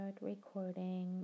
recording